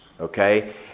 Okay